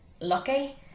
lucky